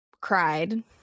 cried